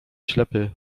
ślepy